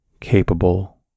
capable